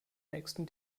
nächsten